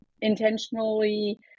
intentionally